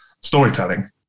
storytelling